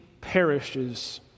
perishes